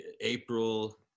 April